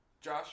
Josh